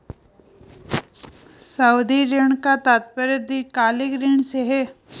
सावधि ऋण का तात्पर्य दीर्घकालिक ऋण से है